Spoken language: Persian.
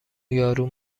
یارو